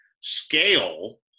scale